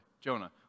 Jonah